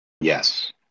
Yes